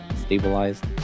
stabilized